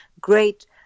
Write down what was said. great